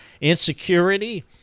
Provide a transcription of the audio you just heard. Insecurity